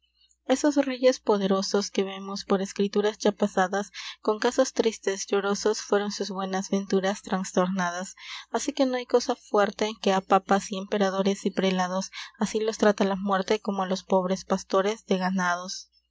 esos reyes poderosos que vemos por escrituras ya passadas con casos tristes llorosos fueron sus buenas venturas trastornadas asi que no ay cosa fuerte que a papas y emperadores y prelados asi los trata la muerte como a los pobres pastores de ganados